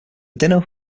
dinner